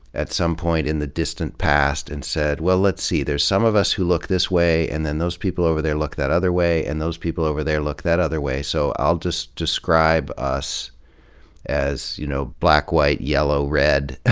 at some point in the distant past and said, well, let's see, there's some of us who look this way and then those people over there look that other way, and those people over there look that other way, so i'll just describe us as, you know, black, white, yellow, red.